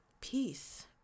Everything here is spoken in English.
peace